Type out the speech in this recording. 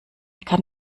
kann